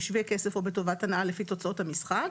בשווה כסף או בטובת הנאה לפי תוצאות המשחק